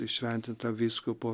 įšventintą vyskupo